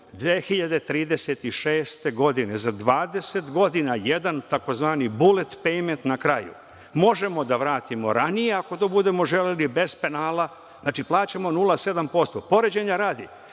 2036. godine, za 20 godina jedan tzv. bulet pejmet na kraju. Možemo da vratimo ranije, ako to budemo želeli, bez penala, znači, plaćamo 0,7%.Poređenja radi,